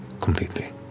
completely